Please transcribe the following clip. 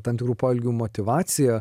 tam tikrų poelgių motyvacija